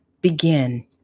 begin